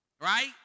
Right